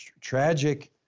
tragic